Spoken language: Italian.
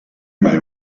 mai